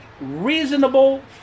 reasonable